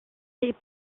est